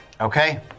Okay